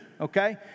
okay